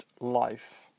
life